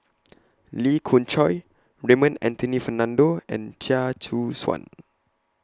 Lee Khoon Choy Raymond Anthony Fernando and Chia Choo Suan